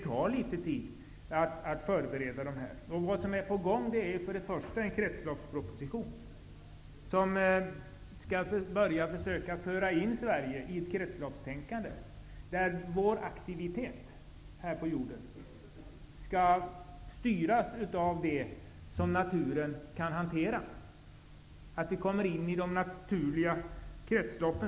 Förberedelserna tar litet tid. Vad som är på gång är först och främst en kretsloppsproposition. Det handlar om att försöka få oss i Sverige att omfattas av ett kretsloppstänkande. Våra aktiviteter här på jorden skall styras av det som naturen kan hantera. Vi skall komma in i naturens kretslopp.